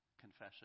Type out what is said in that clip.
confession